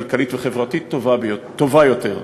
כלכלית וחברתית טובה יותר.